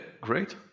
great